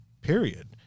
period